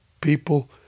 people